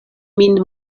min